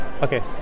Okay